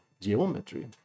geometry